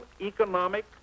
economic